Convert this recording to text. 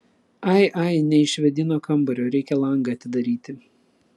ai ai neišvėdino kambario reikia langą atidaryti